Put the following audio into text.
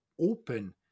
open